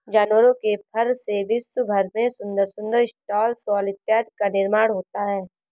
जानवरों के फर से विश्व भर में सुंदर सुंदर स्टॉल शॉल इत्यादि का निर्माण होता है